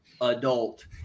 adult